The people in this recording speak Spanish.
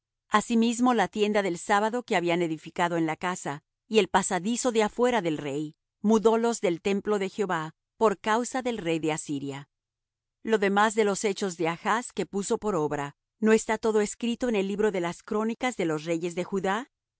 asimismo la tienda del sábado que habían edificado en la casa y el pasadizo de afuera del rey mudólos del templo de jehová por causa del rey de asiria lo demás de los hechos de achz que puso por obra no está todo escrito en el libro de las crónicas de los reyes de judá